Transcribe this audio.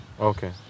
Okay